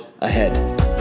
ahead